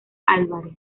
álvarez